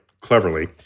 cleverly